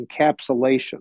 encapsulation